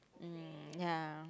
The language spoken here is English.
um ya